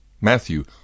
Matthew